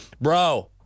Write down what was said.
Bro